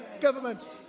government